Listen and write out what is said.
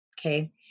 okay